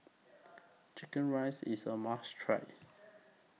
Chicken Rice IS A must Try